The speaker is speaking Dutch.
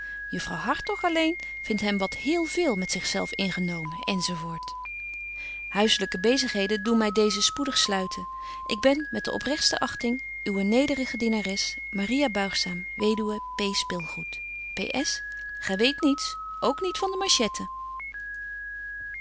juffrouw hartog alleen vindt hem wat héél véél met zich zelf ingenomen enz huisselyke bezigheden betje wolff en aagje deken historie van mejuffrouw sara burgerhart doen my deezen spoedig sluiten ik ben met de oprechtste achting uwe nederige dienares maria buigzaam weduwe p spilgoed ps gy weet niets ook niet van de